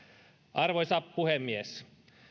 arvoisa puhemies